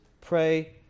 pray